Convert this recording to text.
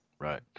right